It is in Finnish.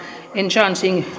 enhancing